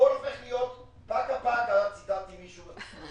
הכול הופך להיות פקה-פקה, ציטטתי מישהו.